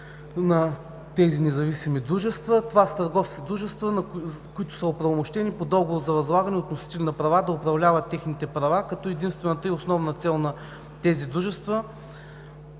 на тези независими дружества – това са търговски дружества, които са оправомощени по договор за възлагане от носители на права да управляват техните права, като единствената и основна цел на тези дружества